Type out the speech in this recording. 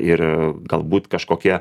ir galbūt kažkokie